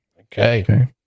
Okay